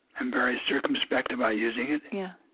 am very circumspect about using it yeah.